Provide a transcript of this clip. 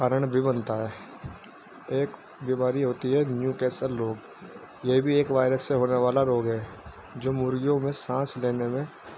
کارن بھی بنتا ہے ایک بیماری ہوتی ہے نیوکیسل روگ یہ بھی ایک وائرس سے ہونے والا روگ ہے جو مرغیوں میں سانس لینے میں